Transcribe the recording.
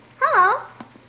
Hello